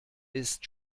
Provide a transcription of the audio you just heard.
ist